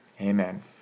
Amen